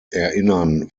erinnern